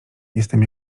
jestem